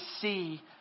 see